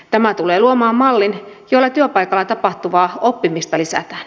tämä tulee luomaan mallin jolla työpaikalla tapahtuvaa oppimista lisätään